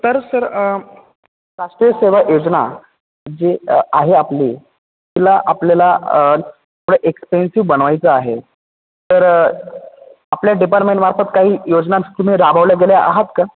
तर सर राष्ट्रीय सेवा योजना जे आहे आपली तिला आपल्याला थोडं एक्सपेन्सिव्ह बनवायचं आहे तर आपल्या डिपार्टमेंटमार्फत काही योजना तुम्ही राबवल्या गेल्या आहात का